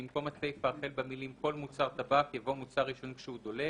במקום הסיפה החל במילים "כל מוצר טבק" יבוא "מוצר עישון כשהוא דולק,